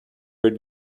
would